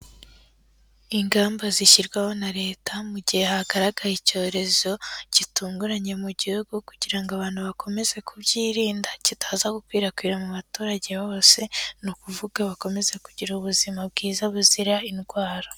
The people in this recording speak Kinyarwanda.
Ingamba zishyirwaho na leta, mu gihe hagaragaye icyorezo gitunguranye mu gihugu kugira ngo abantu bakomeze kubyirinda, kitaza gukwirakwira mu baturage bose, ni ukuvuga bakomeze kugira ubuzima bwiza buzira indwara.